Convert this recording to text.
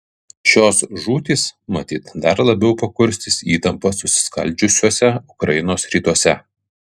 šios žūtys matyt dar labiau pakurstys įtampą susiskaldžiusiuose ukrainos rytuose